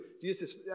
Jesus